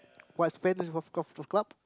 what's plan do you club